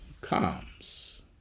comes